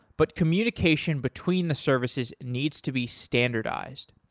but communication between the services needs to be standardized.